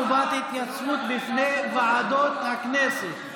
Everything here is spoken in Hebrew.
חובת התייצבות בפני ועדות הכנסת),